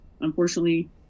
unfortunately